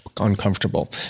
uncomfortable